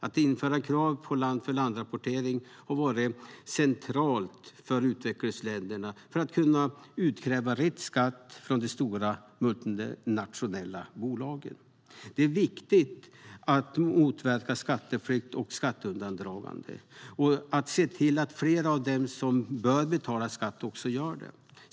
Att införa krav på land-för-land-rapportering har varit centralt för utvecklingsländerna för att kunna utkräva rätt skatt från de stora multinationella bolagen. Det är viktigt att motverka skatteflykt och skatteundandragande och att se till att fler av dem som bör betala skatt också gör det.